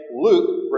Luke